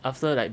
after like